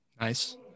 nice